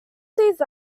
these